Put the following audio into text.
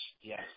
yes